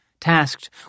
tasked